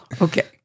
okay